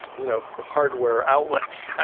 you know, hardware outlets.